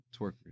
twerkers